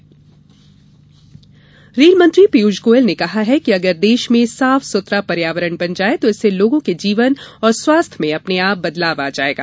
स्वच्छता गोयल रेल मंत्री पीयूष गोयल ने कहा है कि अगर देश में साफ सुथरा पर्यावरण बन जाए तो इससे लोगों के जीवन और स्वास्थ्य में अपने आप बदलाव आ जाएगा